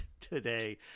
today